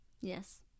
Yes